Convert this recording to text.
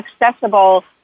accessible